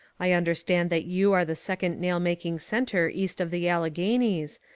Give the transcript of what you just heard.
i understand that you are the second nail-making centre east of the alleghenies,